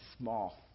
small